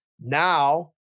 now